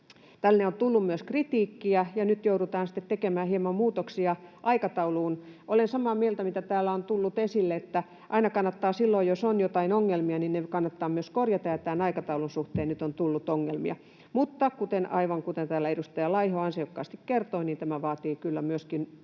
Tälle on tullut myös kritiikkiä, ja nyt joudutaan sitten tekemään hieman muutoksia aikatauluun. Olen samaa mieltä siitä, mitä täällä on tullut esille, että aina silloin, jos on jotain ongelmia, ne kannattaa myös korjata, ja tämän aikataulun suhteen nyt on tullut ongelmia. Mutta aivan kuten täällä edustaja Laiho ansiokkaasti kertoi, tämä vaatii kyllä myöskin